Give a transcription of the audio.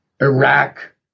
Iraq